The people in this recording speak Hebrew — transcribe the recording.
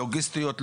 לוגיסטיות,